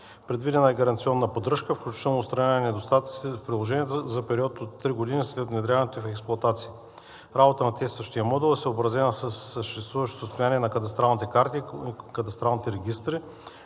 Предвидена е гаранционна поддръжка, включително отстраняване на недостатъци в приложенията, за период от три години след внедряването ѝ в експлоатация. Работата на тестващия модул е съобразена със съществуващото състояние на кадастралните карти и кадастралните регистри,